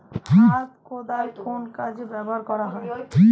হাত কোদাল কোন কাজে ব্যবহার করা হয়?